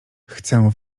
chcę